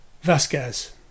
Vasquez